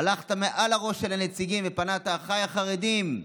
הלכת מעל הראש של הנציגים ופנית: אחיי החרדים,